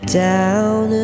down